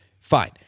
Fine